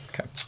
Okay